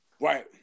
Right